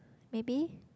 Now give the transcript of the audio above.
maybe